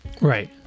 Right